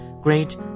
great